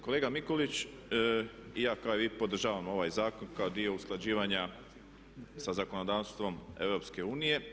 Kolega Mikulić i ja kao i vi podržavam ovaj zakon kao dio usklađivanja sa zakonodavstvom EU.